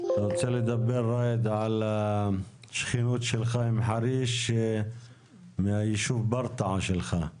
אני רוצה לדבר על השכנות של היישוב ברטעה שלך עם חריש,